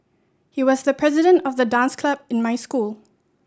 he was the president of the dance club in my school